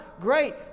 Great